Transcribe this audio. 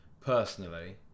personally